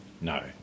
No